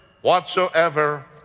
Whatsoever